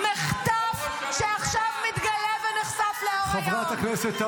מה עובר עליכם?